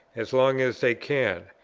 as long as they can,